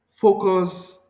focus